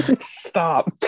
Stop